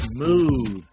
Smooth